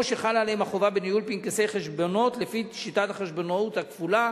או שחלה עליהם החובה בניהול פנקסי חשבונות לפי שיטת החשבונאות הכפולה,